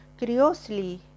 curiously